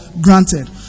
granted